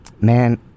Man